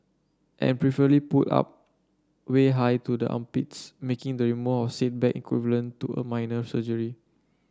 and preferably pulled up way high to the armpits making the removal of said bag equivalent to a minor surgery